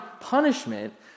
punishment